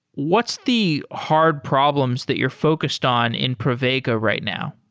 what's the hard problems that you're focused on in pravega right now?